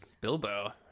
Bilbo